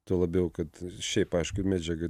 tuo labiau kad šiaip aišku medžiaga